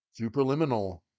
Superliminal